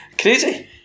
Crazy